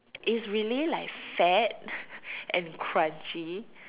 is really like fat and crunchy